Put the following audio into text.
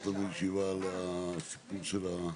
יש עוד הערות לסעיף הזה או שאפשר לעבור?